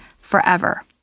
forever